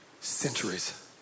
centuries